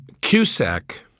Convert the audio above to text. Cusack